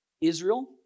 Israel